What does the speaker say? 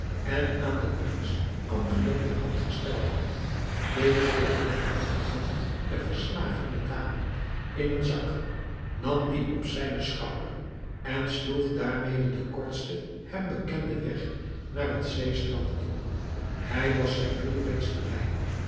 en aan den prins amgiad ter hand gesteld had deed hij het lijk met het hoofd der verslagene dame in een zak nam dien op zijnen schouder en sloeg daarmede den kortsten hem bekenden weg naar het zeestrand in hij was zijn doel reeds nabij